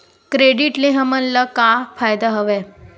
Credit ले हमन ला का फ़ायदा हवय?